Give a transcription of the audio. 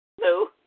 No